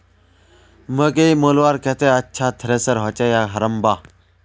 मकई मलवार केते अच्छा थरेसर होचे या हरम्बा?